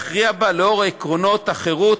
יכריע לאור עקרונות החירות,